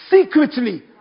secretly